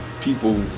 people